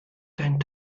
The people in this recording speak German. dein